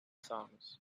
songs